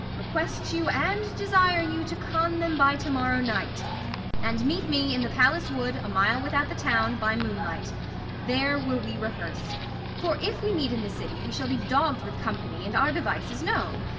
request you, and desire you, to con them by to-morrow night and meet me in the palace wood, a mile without the town, by moonlight there will we rehearse for if we meet in the city, we shall be dogg'd with company, and our devices known.